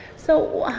so,